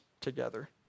together